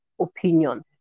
opinion